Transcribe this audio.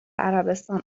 عربستان